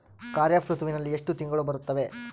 ಖಾರೇಫ್ ಋತುವಿನಲ್ಲಿ ಎಷ್ಟು ತಿಂಗಳು ಬರುತ್ತವೆ?